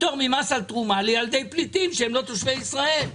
פטור ממס על תרומה לילדי פליטים שאינם תושבי ישראל.